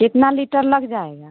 कितना लीटर लग जाएगा